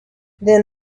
then